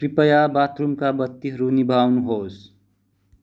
कृपया बाथरुमका बत्तीहरू निभाउनुहोस्